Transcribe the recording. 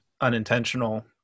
unintentional